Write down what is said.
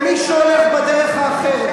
ומי שהולך בדרך האחרת,